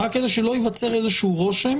רק כדי שלא ייווצר איזשהו רושם